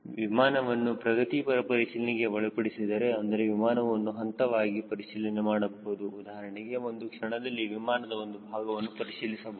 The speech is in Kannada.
ವಿಮಾನವನ್ನು ಪ್ರಗತಿಪರ ಪರಿಶೀಲನೆಗೆ ಒಳಪಡಿಸುವುದು ಅಂದರೆ ವಿಮಾನವನ್ನು ಹಂತವಾಗಿ ಪರಿಶೀಲನೆ ಮಾಡಬಹುದು ಉದಾಹರಣೆಗೆ ಒಂದು ಕ್ಷಣದಲ್ಲಿ ವಿಮಾನದ ಒಂದು ಭಾಗವನ್ನು ಪರಿಶೀಲಿಸಬಹುದು